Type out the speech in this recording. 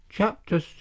Chapter